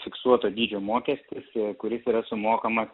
fiksuoto dydžio mokestis kuris yra sumokamas